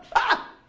ah!